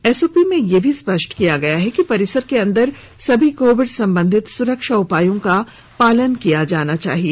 SOP में यह भी स्पष्ट किया गया है कि परिसर के अंदर सभी कोविड संबंधित सुरक्षा उपायों का पालन किया जाना चाहिए